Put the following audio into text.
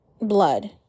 blood